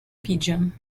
pigeon